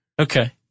Okay